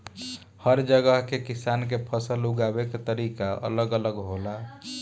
हर जगह के किसान के फसल उगावे के तरीका अलग अलग होला